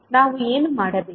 ನಾವು ಏನು ಮಾಡಬೇಕು